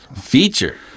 Feature